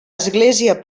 església